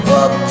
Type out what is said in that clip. up